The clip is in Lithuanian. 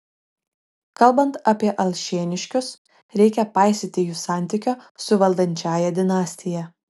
kalbant apie alšėniškius reikia paisyti jų santykio su valdančiąja dinastija